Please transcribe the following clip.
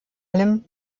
allem